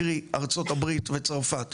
קרי ארצות הברית וצרפת,